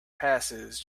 passes